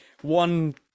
one